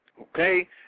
okay